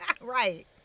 Right